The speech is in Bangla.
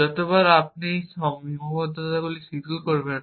যতবার আপনি এই সীমাবদ্ধতা শিথিল করেন